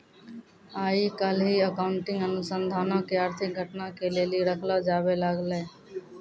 आइ काल्हि अकाउंटिंग अनुसन्धानो के आर्थिक घटना के लेली रखलो जाबै लागलै